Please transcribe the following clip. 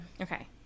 Okay